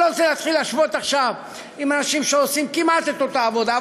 אני לא רוצה להתחיל להשוות עכשיו עם אנשים שעושים כמעט את אותה עבודה,